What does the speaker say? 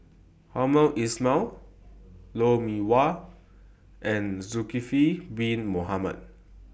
Hamed Ismail Lou Mee Wah and Zulkifli Bin Mohamed